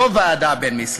לא ועדה בין-משרדית.